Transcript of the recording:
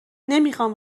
نمیخام